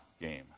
game